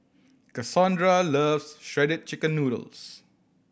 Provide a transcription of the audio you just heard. Cassondra loves Shredded Chicken Noodles